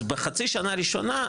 אז בחצי השנה הראשונה,